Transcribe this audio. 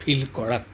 feel কৰাত